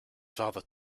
father